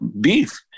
beef